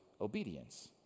obedience